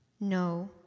No